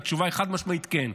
התשובה היא חד-משמעית כן.